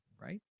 right